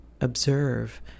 observe